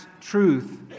truth